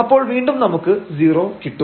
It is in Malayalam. അപ്പോൾ വീണ്ടും നമുക്ക് 0 കിട്ടും